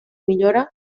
millora